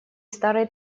старый